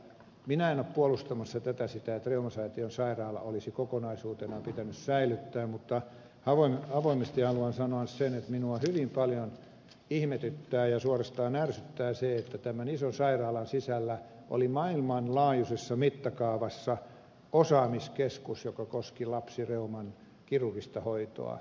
minä en ole puolustamassa sitä että reumasäätiön sairaala olisi kokonaisuutena pitänyt säilyttää mutta avoimesti haluan sanoa sen että minua hyvin paljon ihmetyttää ja suorastaan ärsyttää se että tämän ison sairaalan sisällä oli maailmanlaajuisessa mittakaavassa osaamiskeskus joka koski lapsireuman kirurgista hoitoa